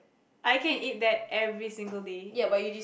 I can eat that every single day